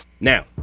Now